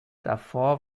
davor